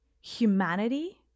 humanity